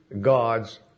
God's